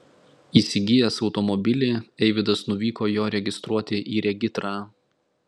įsigijęs automobilį eivydas nuvyko jo registruoti į regitrą